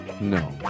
No